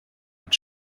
mit